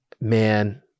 man